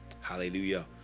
hallelujah